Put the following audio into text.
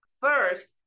first